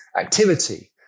activity